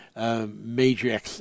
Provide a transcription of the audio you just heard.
Major